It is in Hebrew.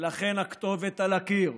ולכן הכתובת על הקיר,